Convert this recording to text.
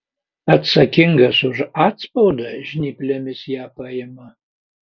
atsakingas už atspaudą žnyplėmis ją paima